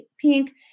pink